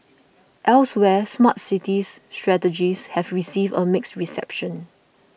elsewhere Smart City strategies have received a mixed reception